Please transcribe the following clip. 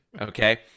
Okay